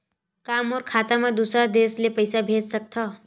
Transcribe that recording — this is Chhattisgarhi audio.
का मोर खाता म दूसरा देश ले पईसा भेज सकथव?